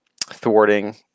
thwarting